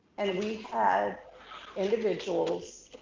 and we had individuals